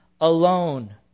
alone